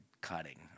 cutting